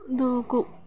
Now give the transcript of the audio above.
దూకు